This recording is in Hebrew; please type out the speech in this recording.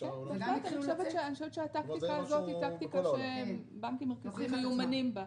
אני חושבת שהטקטיקה הזאת היא טקטיקה שבנקים מרכזיים מיומנים בה.